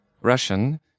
Russian